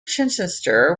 chichester